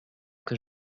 que